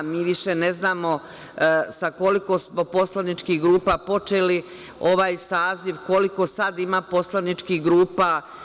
Mi više ne znamo sa koliko smo poslaničkih grupa počeli ovaj saziv, koliko sada ima poslaničkih grupa.